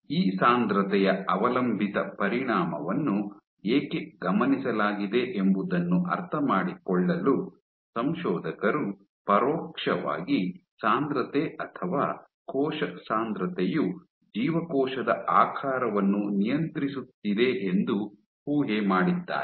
ಈ ಸಾಂದ್ರತೆಯ ಅವಲಂಬಿತ ಪರಿಣಾಮವನ್ನು ಏಕೆ ಗಮನಿಸಲಾಗಿದೆ ಎಂಬುದನ್ನು ಅರ್ಥಮಾಡಿಕೊಳ್ಳಲು ಸಂಶೋಧಕರು ಪರೋಕ್ಷವಾಗಿ ಸಾಂದ್ರತೆ ಅಥವಾ ಕೋಶ ಸಾಂದ್ರತೆಯು ಜೀವಕೋಶದ ಆಕಾರವನ್ನು ನಿಯಂತ್ರಿಸುತ್ತಿದೆ ಎಂದು ಊಹೆ ಮಾಡಿದ್ದಾರೆ